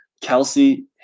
Kelsey